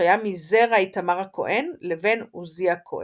שהיה מזרע איתמר הכהן לבין עזי הכהן.